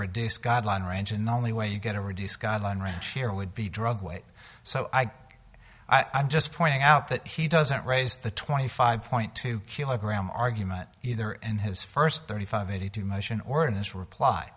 reduced guideline range in the only way you get a reduced guideline ranch here would be drug weight so i think i'm just pointing out that he doesn't raise the twenty five point two kilogram argument either in his first thirty five eighty two motion or in his reply